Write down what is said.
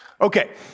Okay